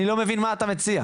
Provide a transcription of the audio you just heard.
אני לא מבין מה אתה מציע,